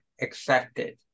accepted